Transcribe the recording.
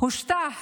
הושטח